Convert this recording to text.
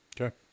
Okay